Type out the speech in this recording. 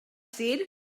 said